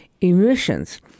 emissions